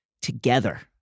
together